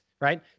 right